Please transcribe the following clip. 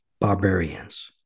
barbarians